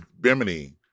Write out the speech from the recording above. Bimini